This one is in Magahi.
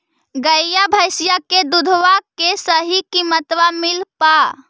गईया भैसिया के दूधबा के सही किमतबा मिल पा?